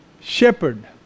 shepherd